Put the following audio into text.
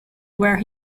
where